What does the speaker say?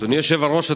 אדוני היושב-ראש,